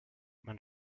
man